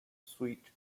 sweet